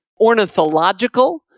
ornithological